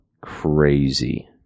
Crazy